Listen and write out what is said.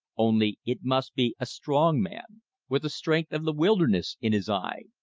only it must be a strong man with the strength of the wilderness in his eye.